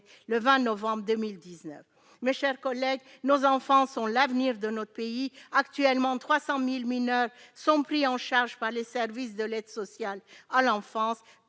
le 20 novembre 2019, mes chers collègues, nos enfants sont l'avenir de notre pays, actuellement 300000 mineurs sont pris en charge par les services de l'aide sociale à l'enfance,